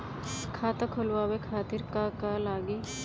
खाता खोलवाए खातिर का का लागी?